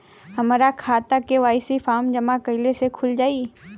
हमार खाता KYC form जमा कइले से खुल जाई?